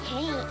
Hey